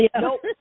Nope